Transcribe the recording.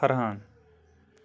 Farhan